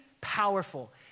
powerful